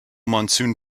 monsoon